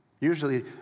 Usually